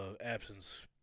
absence